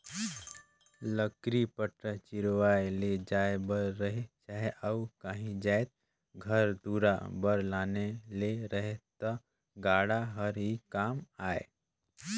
लकरी पटरा चिरवाए ले जाए बर रहें चहे अउ काही जाएत घर दुरा बर लाने ले रहे ता गाड़ा हर ही काम आए